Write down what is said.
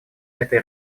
этой